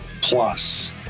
Plus